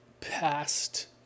past